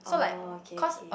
oh okay okay